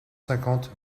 cinquante